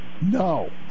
no